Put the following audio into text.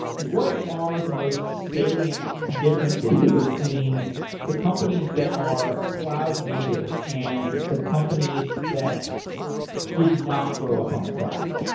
what are the most salient differences and between the companies that are cloud native and the companies that did not grow up on the cloud?